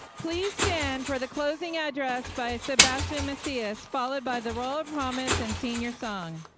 please stand for the closing address by sebastian macias, followed by the royal promise and senior song.